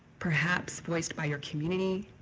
perhaps voiced by your community,